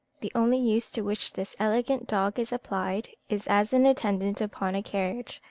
the only use to which this elegant dog is applied is as an attendant upon a carriage,